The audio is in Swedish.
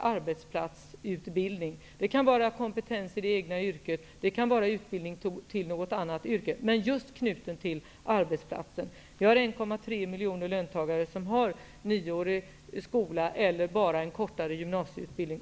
arbetsplatsutbildning. Det kan gälla utbildning för kompetensutveckling i det egna yrket eller utbildning för något annat yrke, men i båda fallen en utbildning knuten till arbetsplatsen. Vi har 1,3 miljoner löntagare med enbart nioårig grundskola eller en kortare gymnasieutbildning.